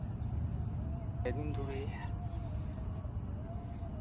ᱯᱮ ᱫᱤᱱ ᱫᱷᱩᱨᱭᱟᱹ